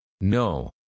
No